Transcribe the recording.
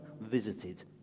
visited